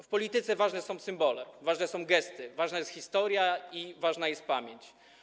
W polityce ważne są symbole, ważne są gesty, ważna jest historia i ważna jest pamięć.